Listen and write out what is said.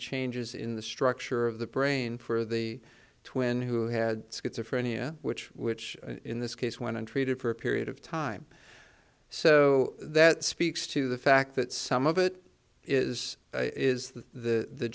changes in the structure of the brain for the twin who had schizophrenia which which in this case went untreated for a period of time so that speaks to the fact that some of it is is the